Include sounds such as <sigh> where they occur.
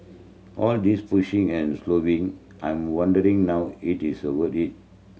all this pushing and <unintelligible> I'm wondering now it is <unintelligible> it